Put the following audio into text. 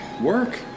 Work